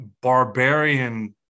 barbarian